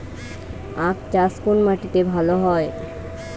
আখ চাষ কোন মাটিতে ভালো হয়?